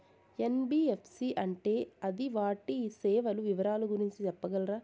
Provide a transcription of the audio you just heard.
NBFC అంటే అది వాటి సేవలు వివరాలు గురించి సెప్పగలరా?